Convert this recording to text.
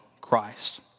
Christ